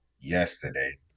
yesterday